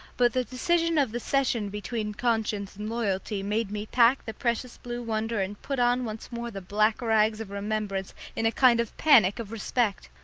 but the decision of the session between conscience and loyalty made me pack the precious blue wonder and put on once more the black rags of remembrance in a kind of panic of respect.